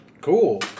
Cool